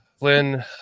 Lynn